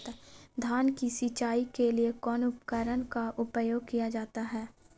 धान की सिंचाई के लिए कौन उपकरण का उपयोग किया जाता है?